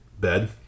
bed